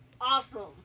awesome